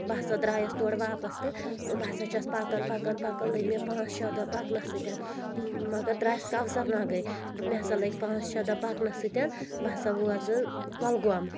بہٕ ہَسا درٛایس تورٕ واپَس تہٕ بہٕ ہَسا چھس پکَان پکَان پکَان لٔگۍ مےٚ پانٛژھ شےٚ دۄہ پَکنَس سۭتۍ مَگر درٛایس کونسر ناگٕے مےٚ ہَسا لٔگۍ پانٛژھ شےٚ دۄہ پَکنس سۭتۍ بہٕ ہَسا وٲژٕس کۄلگوم